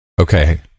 Okay